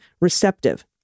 receptive